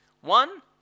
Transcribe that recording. One